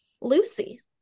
Lucy